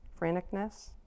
franticness